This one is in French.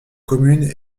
commune